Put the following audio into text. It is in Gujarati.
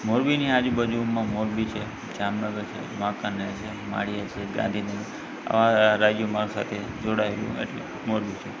મોરબીની આજુબાજુમાં મોરબી છે જામનગર છે વાંકાનેર છે માળિયા છે ગાંધીનગર આવા રાજ્યો સાથે જોડાયેલું મોરબી